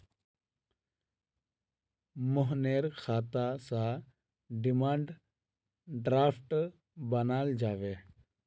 मोहनेर खाता स डिमांड ड्राफ्ट बनाल जाबे